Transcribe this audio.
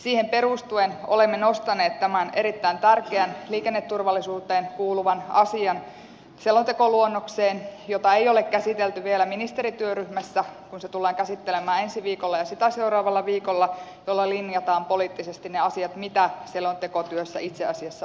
siihen perustuen olemme nostaneet tämän erittäin tärkeän liikenneturvallisuuteen kuuluvan asian selontekoluonnokseen jota ei ole käsitelty vielä ministerityöryhmässä kun se tullaan käsittelemään ensi viikolla ja sitä seuraavalla viikolla jolloin linjataan poliittisesti ne asiat mitä selontekotyössä itse asiassa on